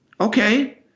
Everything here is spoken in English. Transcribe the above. Okay